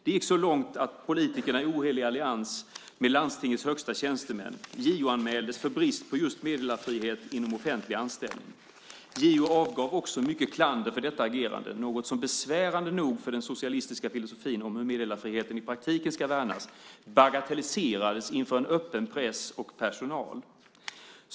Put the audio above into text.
Det gick så långt att politikerna i en ohelig allians med landstingets högsta tjänstemän JO-anmäldes för brist på just meddelarfrihet inom offentlig anställning. JO avgav också mycket klander för detta agerande, något som, besvärande nog för den socialistiska filosofin om hur meddelarfriheten i praktiken ska värnas, bagatelliserades öppet inför press och personal.